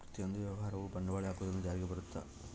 ಪ್ರತಿಯೊಂದು ವ್ಯವಹಾರವು ಬಂಡವಾಳದ ಹಾಕುವುದರಿಂದ ಜಾರಿಗೆ ಬರುತ್ತ